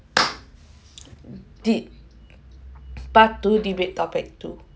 de~ part two debate topic two